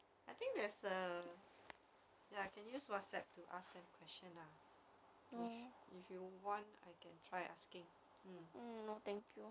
I think there's a ya can use whatsapp to ask them question lah if if you want I can try asking